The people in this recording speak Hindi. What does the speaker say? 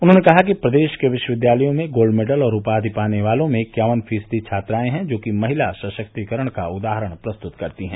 उन्होंने कहा कि प्रदेश के विश्वविद्यालय में गोल्ड मेडल और उपाधि पाने वालों में इक्यावन फीसदी छात्राएं हैं जो कि महिला सशक्तिकरण का उदाहरण प्रस्तुत करतीं है